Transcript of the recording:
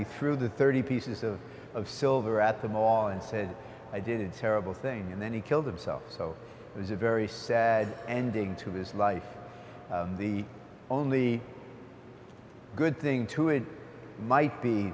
he threw the thirty pieces of of silver at the mall and said i did a terrible thing and then he killed himself so it was a very sad ending to his life the only good thing too it might be